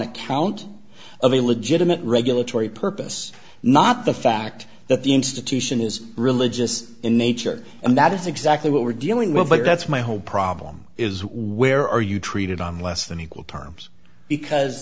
account of a legitimate regulatory purpose not the fact that the institution is religious in nature and that is exactly what we're dealing with but that's my whole problem is where are you treated on less than equal terms because